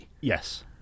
Yes